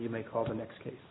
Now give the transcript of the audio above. you may call the next case